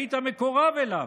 היית מקורב אליו.